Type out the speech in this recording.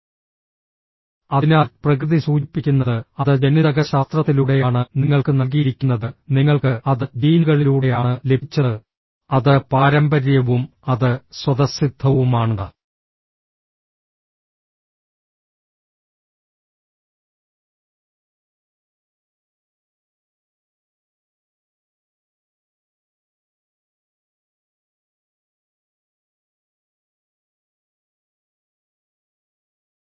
nurture സൂചിപ്പിക്കുന്നത് അത് നാഗരികമാകാം അത് കൃഷിചെയ്യപ്പെടുന്നു അത് സംസ്കാരത്തിലൂടെയും സമൂഹത്തിലൂടെയും ആളുകളിലൂടെയും നിങ്ങൾക്ക് നൽകപ്പെടുന്നു നിങ്ങൾ അത് മറ്റുള്ളവരിൽ നിന്ന് കടമെടുത്തു നിങ്ങൾ അനുകരിച്ചു മറ്റുള്ളവരിൽ നിന്ന് ചുറ്റുപാടിൽ നിന്ന് പഠിച്ചു പക്ഷേ അത് നിങ്ങളുടെ ജീനുകളിൽ ഉണ്ടായിരുന്നില്ല